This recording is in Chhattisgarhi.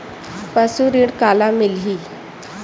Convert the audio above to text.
पशु ऋण काला मिलही?